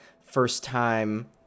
first-time